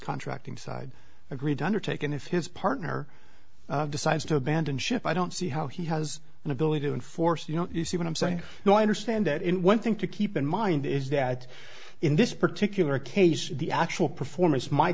contracting side agreed to undertake and if his partner decides to abandon ship i don't see how he has an ability to enforce you don't you see what i'm saying now i understand it in one thing to keep in mind is that in this particular case the actual performance